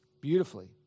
beautifully